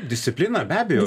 disciplina be abejo